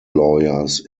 lawyers